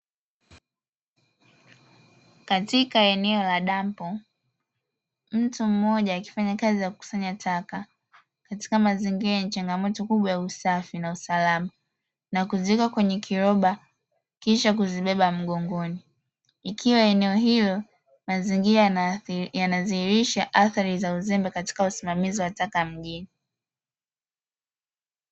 Katika eneo la dampo mtu mmoja akifanya usafi na kuweka taka kwenye kiroba ikiwa eneo hilo mazingira yanaonyesha usafishaji wa taka katika eneo la mjini